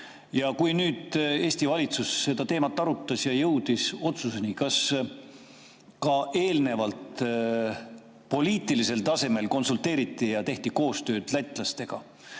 Kui Eesti valitsus seda teemat arutas ja jõudis otsusele, kas siis ka eelnevalt poliitilisel tasemel konsulteeriti ja tehti koostööd lätlastega?